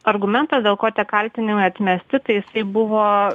argumentas dėl ko tie kaltinimai atmesti tai jisai buvo